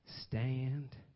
Stand